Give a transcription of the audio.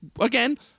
again